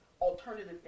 alternative